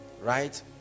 right